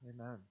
Amen